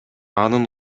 анын